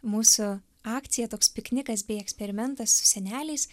mūsų akcija toks piknikas bei eksperimentas su seneliais